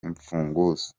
imfunguzo